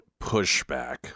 pushback